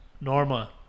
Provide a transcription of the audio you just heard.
Norma